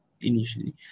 initially